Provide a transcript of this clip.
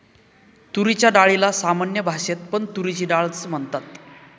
तुरीच्या डाळीला सामान्य भाषेत पण तुरीची डाळ च म्हणतात